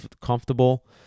comfortable